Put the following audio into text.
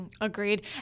agreed